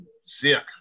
Sick